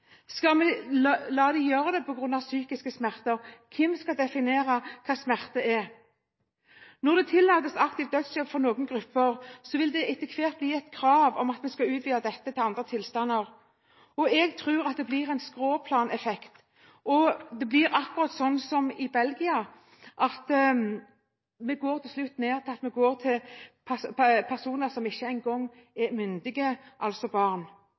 Skal vi la dem gjøre det på grunn av psykiske smerter? Hvem skal definere hva smerte er? Når det tillates aktiv dødshjelp for noen grupper, vil det etter hvert bli et krav om at vi skal utvide dette til andre tilstander. Jeg tror at det blir en skråplaneffekt Det blir akkurat sånn som i Belgia – vi går til slutt dit hen at det omfatter personer som ikke engang er myndige, altså barn.